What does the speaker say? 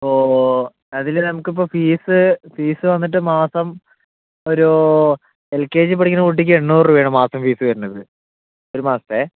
ഓ അതിന് നമുക്ക് ഇപ്പോൾ ഫീസ് ഫീസ് വന്നിട്ട് മാസം ഒരു എൽ കെ ജി പഠിക്കണ കുട്ടിക്ക് എണ്ണൂറ് രൂപ ആണ് മാസം ഫീസ് വരുന്നത് ഒരു മാസത്തെ